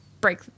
break